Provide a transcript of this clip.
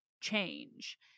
change